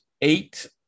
eight